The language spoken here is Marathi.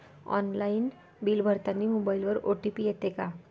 ऑनलाईन बिल भरतानी मोबाईलवर ओ.टी.पी येते का?